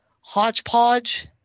hodgepodge